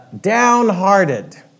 Downhearted